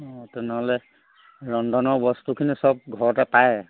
অঁ তেনেহ'লে ৰন্ধনৰ বস্তুখিনি সব ঘৰতে পায়